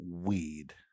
Weed